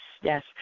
yes